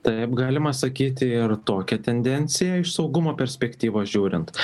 taip galima sakyti ir tokia tendencija iš saugumo perspektyvos žiūrint